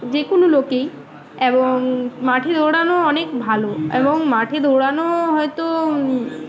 যে কোনো লোকেই এবং মাঠে দৌড়ানো অনেক ভালো এবং মাঠে দৌড়ানো হয়তো